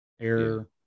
air